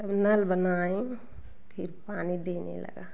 तो नल बनाए फ़िर पानी देने लगा